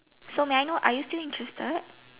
so may I know are you still interested